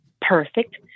perfect